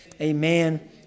Amen